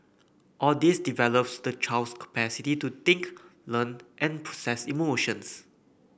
all this develops the child's capacity to think learn and process emotions